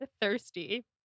thirsty